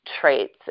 traits